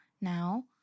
now